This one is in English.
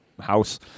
house